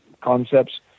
concepts